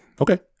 okay